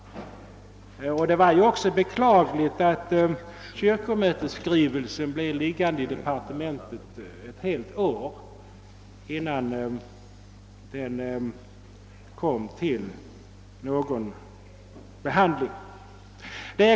Det var också beklagligt att kyrkomötets skrivelse blev liggande i departementet ett helt år innan den behandlades.